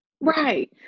Right